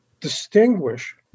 distinguish